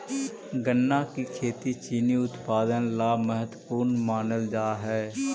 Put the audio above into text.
गन्ना की खेती चीनी उत्पादन ला महत्वपूर्ण मानल जा हई